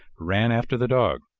ran after the dog,